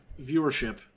viewership